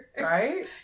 right